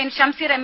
N Shamseer M